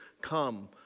come